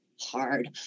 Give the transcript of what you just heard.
hard